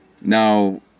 Now